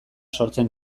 sortzen